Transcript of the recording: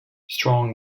strong